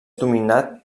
dominat